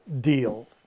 deal